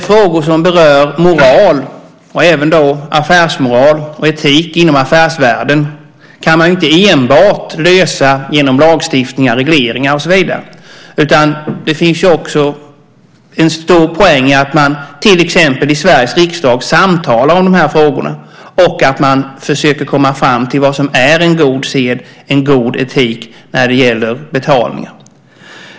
Frågor som berör moral och då även affärsmoral och etik inom affärsvärlden kan man inte lösa enbart genom lagstiftning, regleringar och så vidare, utan det finns också en stor poäng i att till exempel i Sveriges riksdag samtala om de här frågorna och försöka komma fram till vad som är god sed och god etik när det gäller betalningar.